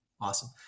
Awesome